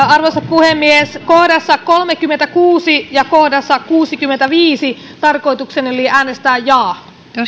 puhemies kohdassa kolmekymmentäkuusi ja kohdassa kuusikymmentäviisi tarkoitukseni oli äänestää jaa